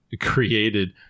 created